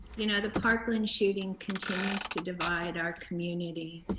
you know, the parkland shooting continues to divide our community.